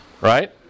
right